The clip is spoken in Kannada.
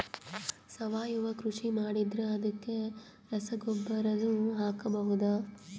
ಸಾವಯವ ಕೃಷಿ ಮಾಡದ್ರ ಅದಕ್ಕೆ ರಸಗೊಬ್ಬರನು ಹಾಕಬಹುದಾ?